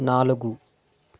నాలుగు